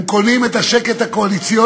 הם קונים את השקט הקואליציוני